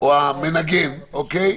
או המנגן הגיע,